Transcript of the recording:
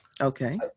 Okay